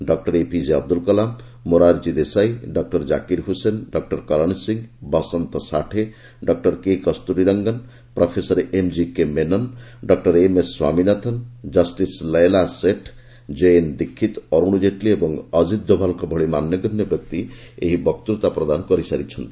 doctor A P J Abdul Kalam Morarji Desai doctor Zakir Hussain doctor Karan Singh Vasant Sathe doctor K Kasturi Rangan professor M G K Menon doctor M S Swaminathan କ୍ଷିସ୍ Leela Seth J N Dixit Arun Jaitley ଓ ଅଜିତ ଡୋଭାଲଙ୍କ ଭଳି ମାନ୍ୟଗଣ୍ୟ ବ୍ୟକ୍ତିମାନେ ଏଥିରେ ବକ୍ତୁତା ପ୍ରଦାନ କରିସାରିଛନ୍ତି